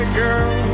girl